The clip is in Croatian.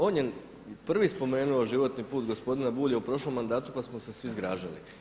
On je prvi spomenuo životni put gospodina Bulja u prošlom mandatu pa smo se svi zgražali.